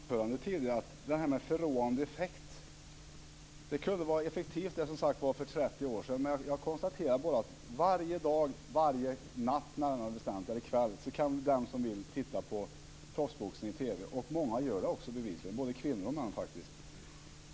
Fru talman! Jag konstaterar bara, liksom i mitt anförande tidigare, att argumentet om förråande effekt kunde vara effektivt för 30 år sedan. Jag vill bara påpeka att varje dag, varje kväll närmare bestämt, kan den som vill titta på proffsboxning i TV. Många gör det bevisligen också, både kvinnor och män faktiskt.